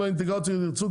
אם האינטגרציות ירצו,